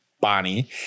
Bonnie